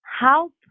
Help